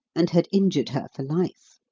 and had injured her for life.